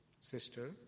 sister